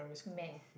math